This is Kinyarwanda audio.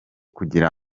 kugira